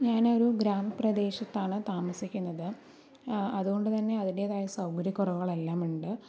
ഞാനൊരു ഗ്രാമപ്രദേശത്താണ് താമസിക്കുന്നത് അതുകൊണ്ട് തന്നെ അതിൻറേതായ സൗകര്യം കുറവുകൾ എല്ലാം ഉണ്ട്